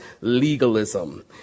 legalism